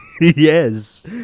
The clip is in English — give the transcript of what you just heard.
Yes